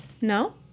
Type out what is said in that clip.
no